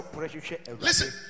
listen